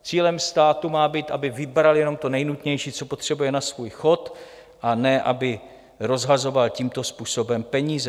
Cílem státu má být, aby vybral jenom to nejnutnější, co potřebuje na svůj chod, a ne aby rozhazoval tímto způsobem peníze.